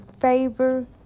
favor